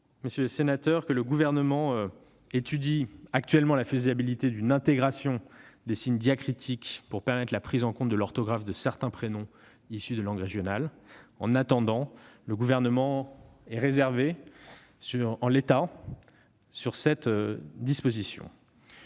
de ces raisons que le Gouvernement étudie actuellement la faisabilité d'une intégration de certains signes diacritiques pour permettre la prise en compte de l'orthographe de certains prénoms issus de langues régionales. Pour l'heure, le Gouvernement est réservé sur cette disposition.